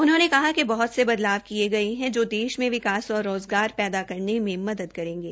उन्होंने कहा कि बहत से बदलाव किये गये है जो देश मे विकास और रोज़गार पैदा करने मे मदद करेंगे